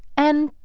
and,